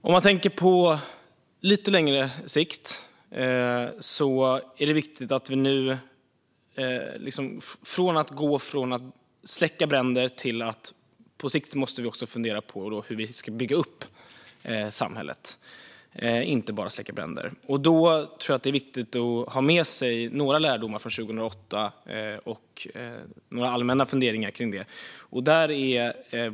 Om man tänker på lite längre sikt är det viktigt att vi nu går från att släcka bränder till att fundera på hur vi ska bygga upp samhället. Det är viktigt att ha med sig några lärdomar från 2008 och några allmänna funderingar kring det.